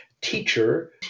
teacher